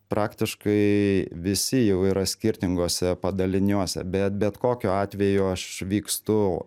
praktiškai visi jau yra skirtinguose padaliniuose bet bet kokiu atveju aš vykstu